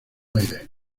aires